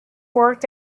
worked